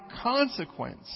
consequence